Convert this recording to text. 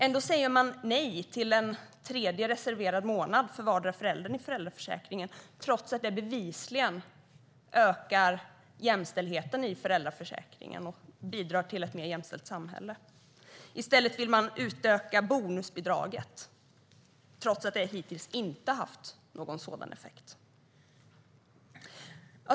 Ändå säger man nej till en tredje reserverad månad för vardera föräldern i föräldraförsäkringen trots att det bevisligen ökar jämställdheten i föräldraförsäkringen och bidrar till ett mer jämställt samhälle. I stället vill man utöka bonusbidraget trots att det hittills inte haft någon sådan effekt.